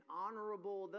honorable